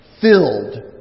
filled